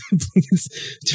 please